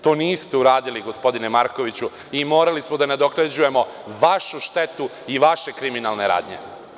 To niste uradili, gospodine Markoviću, i morali smo da nadoknađujemo vašu štetu i vaše kriminalne radnje.